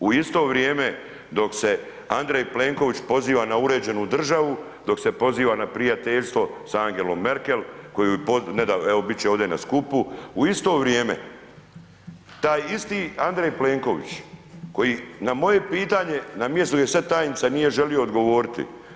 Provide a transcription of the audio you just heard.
U isto vrijeme, dok se Andrej Plenković, poziva na uređenu državu, dok se poziva na prijateljstvo sa Angelom Merkel koju nedavno, evo biti će ovdje na skupu, u isto vrijeme, taj isti Andrej Plenković, koji na moje pitanje, na mjestu, gdje sada tajnica nije želio odgovoriti.